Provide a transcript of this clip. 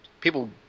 People